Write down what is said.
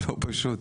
לא פשוט.